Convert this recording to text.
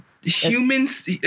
humans